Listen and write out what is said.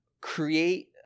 create